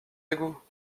égoûts